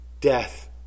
death